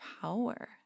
power